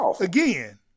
again